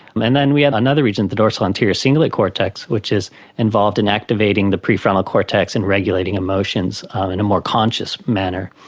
and then we had another region, the dorsal anterior cingulate cortex, which is involved in activating the prefrontal cortex and regulating emotions in a more conscious manner.